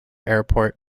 airport